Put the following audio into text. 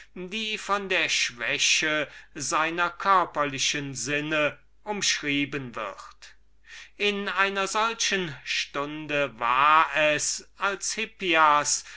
die von der schwäche ihrer körperlichen sinne umschrieben wird in einer solchen stunde war es als hippias